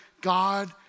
God